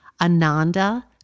Ananda